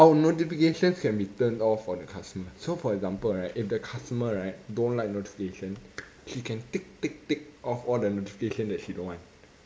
our notifications can be turned off for the customer so for example right if the customer right don't like notification she can tick tick tick off all the notification that she don't want